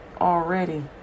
already